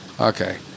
okay